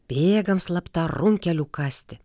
bėgam slapta runkelių kasti